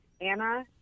Anna